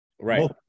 Right